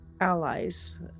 allies